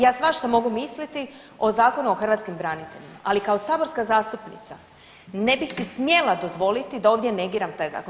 Ja svašta mogu misliti o Zakonu o hrvatskim braniteljima, ali kao saborska zastupnica ne bih si smjela dozvoliti da ovdje negiram taj zakon.